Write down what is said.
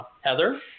Heather